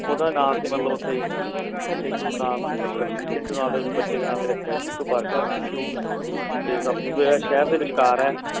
ਉਹਦਾ ਨਾਮ ਸੀ ਮਤਲਬ ਉੱਥੇ ਚਿੰਟੂ ਨਾਮ ਰ ਚਿੰਟੂ ਨਾਮ ਦੇ ਬੱਚੇ ਦੇ ਨਾਂ 'ਤੇ ਰੱਖਿਆ ਚਿੰਟੂ ਪਾਰਕ ਉਹਦਾ ਨਾਂ ਹੈ ਅਤੇ ਸਭ ਤੋਂ ਵਧੀਆ ਸ਼ਹਿਰ ਦੇ ਵਿਚਕਾਰ ਹੈ